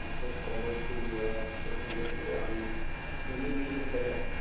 look forward to working with you on many meetings ahead.